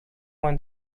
when